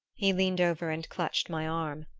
he leaned over and clutched my arm.